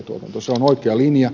se on oikea linja